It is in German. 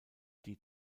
die